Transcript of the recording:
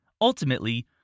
Ultimately